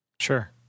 Sure